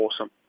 awesome